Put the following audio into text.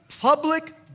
public